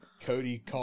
Cody